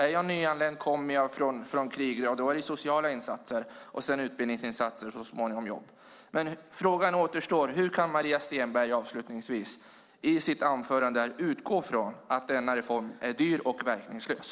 Är man nyanländ och kommer från krig är det sociala insatser som krävs, därefter utbildningsinsatser och så småningom jobb. Frågan kvarstår: Hur kan Maria Stenberg i sitt inlägg utgå ifrån att denna reform är dyr och verkningslös?